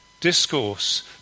discourse